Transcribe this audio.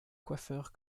coiffeur